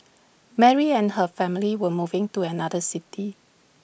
Mary and her family were moving to another city